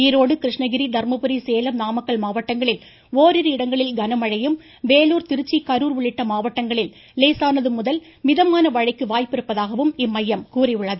ஈரோடு கிருணகிரி தர்மபுரி சேலம் நாமக்கல் மாவட்டங்களில் ஒரிரு இடங்களில் கன மழையும் வேலூர் திருச்சி கரூர் உள்ளிட்ட மாவட்டங்களில் லேசானது முதல் மிதமான மழைக்கு வாய்ப்பிருப்பதாகவும் இம்மையம் கூறியுள்ளது